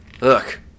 Look